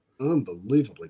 unbelievably